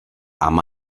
amb